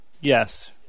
Yes